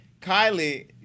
Kylie